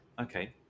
Okay